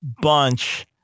bunch